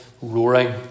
roaring